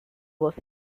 was